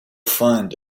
find